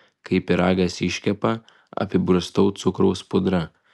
kai pyragas iškepa apibarstau cukraus pudra